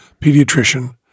pediatrician